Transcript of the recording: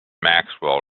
maxwell